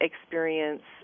experience